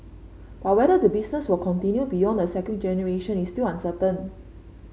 but whether the business will continue beyond the second generation is still uncertain